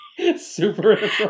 super